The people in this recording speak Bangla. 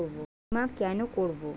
বিমা কেন করব?